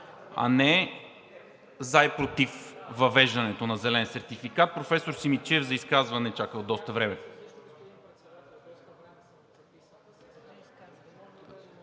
а не за и против въвеждането на зелен сертификат. Професор Симидчиев чака за изказване от доста време.